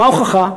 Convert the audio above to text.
מה ההוכחה?